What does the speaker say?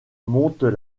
montent